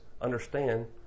understand